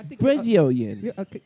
Brazilian